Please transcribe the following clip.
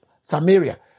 samaria